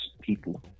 people